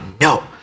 no